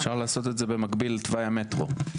אפשר לעשות את זה במקביל לתוואי המטרו.